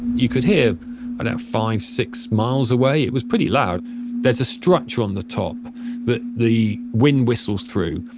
you could hear about five, six miles away. it was pretty loud there's a structure on the top that the wind whistles through,